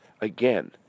again